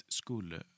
skulle